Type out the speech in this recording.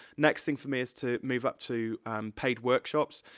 next thing for me is to move up to paid workshops.